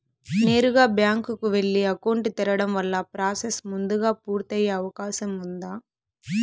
నేరుగా బ్యాంకు కు వెళ్లి అకౌంట్ తెరవడం వల్ల ప్రాసెస్ ముందుగా పూర్తి అయ్యే అవకాశం ఉందా?